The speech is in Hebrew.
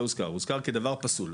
הוזכר כדבר פסול,